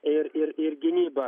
ir ir ir gynybą